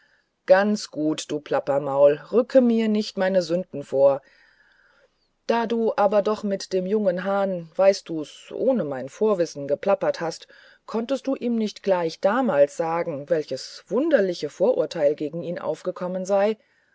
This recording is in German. ganz gut du plappermaul rücke mir nicht noch meine sünden vor da du aber doch mit dem jungen hahn weißt du's ohne mein vorwissen geplappert hast konntest du ihm nicht gleich damals sagen welches wunderliche vorurteil gegen ihn aufgekommen sei